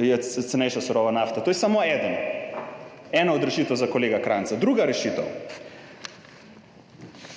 % cenejša je surova nafta. To je samo ena od rešitev za kolega Krajnca. Druga rešitev.